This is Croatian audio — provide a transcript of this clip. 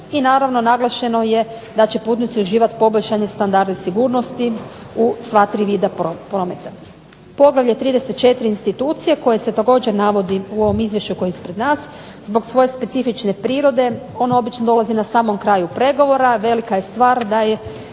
I naravno, naglašeno je da će putnici uživati poboljšane standarde sigurnosti u sva 3 vida prometa. Poglavlje 34. – Institucije koje se također navodi u ovom izvješću koje je ispred nas zbog svoje specifične prirode ono obično dolazi na samom kraju pregovora. Velika je stvar da je